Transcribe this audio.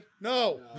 No